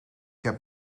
heb